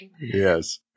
Yes